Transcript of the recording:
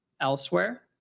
elsewhere